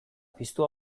piztu